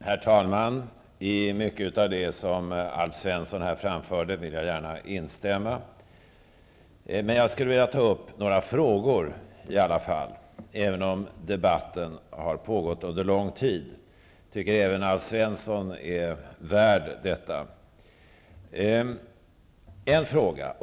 Herr talman! Jag vill gärna instämma i mycket av det som Alf Svensson här framförde. Jag skulle i alla fall vilja ta upp några frågor, även om debatten har pågått under lång tid. Jag tycker även att Alf Svensson är värd det.